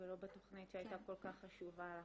-- ולא בתכנית שהייתה כל כך חשובה לך.